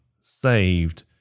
saved